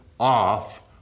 off